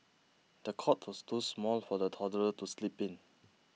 the cot was too small for the toddler to sleep in